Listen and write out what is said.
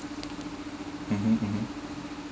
mmhmm mmhmm